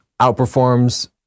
outperforms